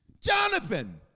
Jonathan